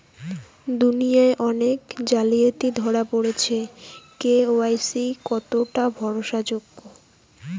দুনিয়ায় অনেক জালিয়াতি ধরা পরেছে কে.ওয়াই.সি কতোটা ভরসা যোগ্য?